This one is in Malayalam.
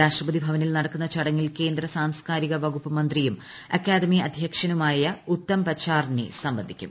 രാഷ്ട്രപതി ഭവനിൽ നടക്കുന്ന ചടങ്ങിൽ കേന്ദ്ര സാംസ്കാരിക വകുപ്പ് മന്ത്രിയും അക്കാദമി അധ്യക്ഷനുമായ ഉത്തം പച്ചാർണെ സംബന്ധിക്കും